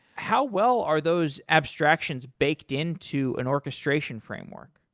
how well are those abstractions baked into an orchestration framework?